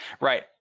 right